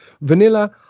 Vanilla